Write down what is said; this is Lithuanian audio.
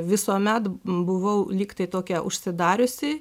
visuomet buvau lyg tai tokia užsidariusi